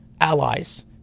allies